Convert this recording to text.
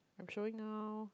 I'm showing now